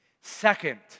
Second